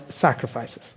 sacrifices